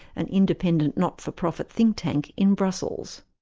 an independent, not-for-profit think tank in brussels.